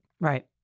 Right